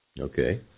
Okay